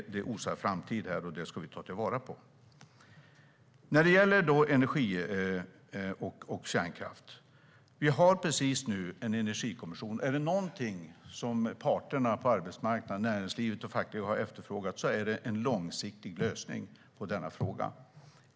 Det osar framtid här, och det ska vi ta till vara. När det gäller energi och kärnkraft har vi nu en energikommission. Är det någonting som parterna på arbetsmarknaden, näringslivet och de fackliga, har efterfrågat är det en långsiktig lösning på denna fråga.